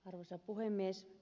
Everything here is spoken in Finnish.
arvoisa puhemies